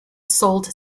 sold